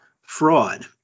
fraud